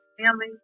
family